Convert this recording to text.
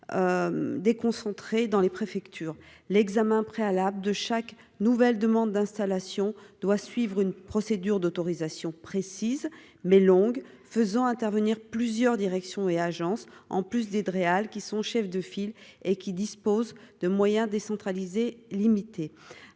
déconcentrés dans les préfectures, l'examen préalable de chaque nouvelle demande d'installation doit suivre une procédure d'autorisation précise mais longue faisant intervenir plusieurs directions et agences, en plus des Dreal qui son chef de file et qui disposent de moyens décentralisée limité